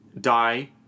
die